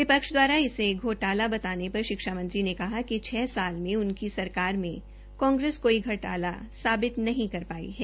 विपक्ष दवारा इसे घोटाला बताने पर शिक्षा मंत्री ने कहा कि छ साल मे उनकी सरकार में कांग्रेस कोई घोटाला साबित नहीं कर पाई है